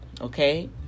okay